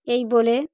এই বলে